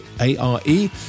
A-R-E